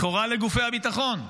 לכאורה לגופי הביטחון.